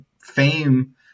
fame